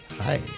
hi